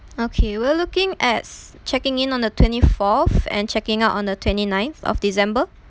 okay we're looking as checking in on the twenty fourth and checking out on the twenty ninth of december